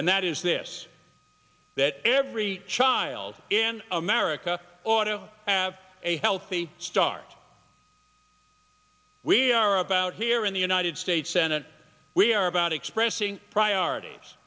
and that is this that every child in america ought to have a healthy start we are about here in the united states senate we are about expressing priorities